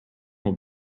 will